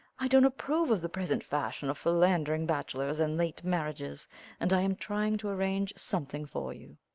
i don't approve of the present fashion of philandering bachelors and late marriages and i am trying to arrange something for you.